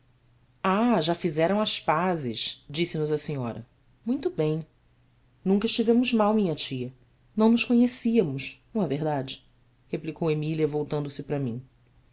ah já fizeram as pazes disse-nos a senhora uito bem unca estivemos mal minha tia não nos conhecíamos não é verdade replicou emília voltando-se para mim